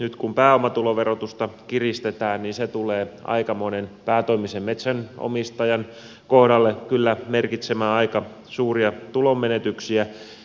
nyt kun pääomatuloverotusta kiristetään se tulee aika monen päätoimisen metsänomistajan kohdalla kyllä merkitsemään aika suuria tulonmenetyksiä